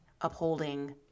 upholding